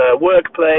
workplace